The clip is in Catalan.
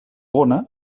bona